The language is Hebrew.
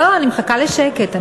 לא, אני מחכה לשקט.